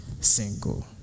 single